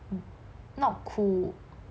not cool